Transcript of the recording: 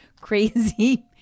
crazy